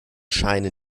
scheine